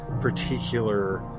particular